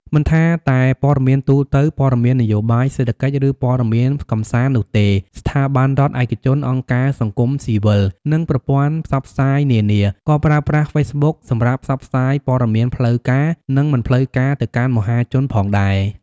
មិនថាតែព័ត៌មានទូទៅ ព័ត៌មាននយោបាយ សេដ្ឋកិច្ច ឬព័ត៌មានកម្សាន្តនោះទេ ស្ថាប័នរដ្ឋ ឯកជន អង្គការសង្គមស៊ីវិល និងប្រព័ន្ធផ្សព្វផ្សាយនានា ក៏ប្រើប្រាស់ហ្វេសប៊ុកសម្រាប់ផ្សព្វផ្សាយព័ត៌មានផ្លូវការ និងមិនផ្លូវការទៅកាន់មហាជនផងដែរ។